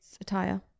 attire